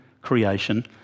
creation